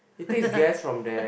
it takes gas from there